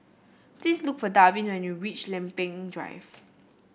please look for Darvin when you reach Lempeng Drive